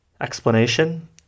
Explanation